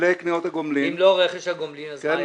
לולא קניות הגומלין -- אם לא רכש הגומלין אז מה היה קורה?